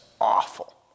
awful